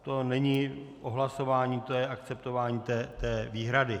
To není o hlasování, to je akceptování té výhrady.